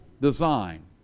design